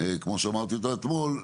כמו שאמרתי אותה אתמול,